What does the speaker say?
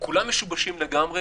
כל תחומי התרבות משובשים לגמרי.